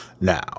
Now